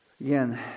again